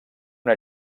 una